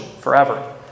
forever